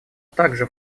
также